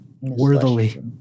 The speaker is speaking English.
worthily